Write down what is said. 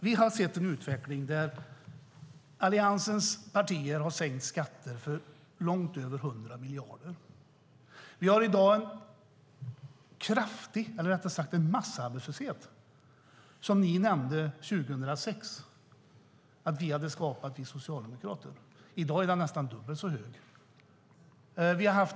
Vi har sett en utveckling där Alliansens partier har sänkt skatter för långt över 100 miljarder. Vi har en massarbetslöshet som ni 2006 sade att vi socialdemokrater hade skapat. I dag är den nästan dubbelt så hög.